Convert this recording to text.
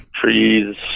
trees